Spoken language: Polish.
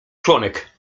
członek